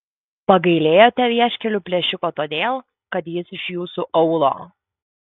pagailėjote vieškelių plėšiko todėl kad jis iš jūsų aūlo